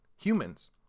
humans